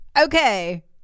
Okay